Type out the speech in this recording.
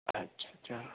ਅੱਛਾ ਅੱਛਾ